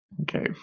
Okay